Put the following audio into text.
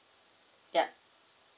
ya